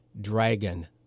dragon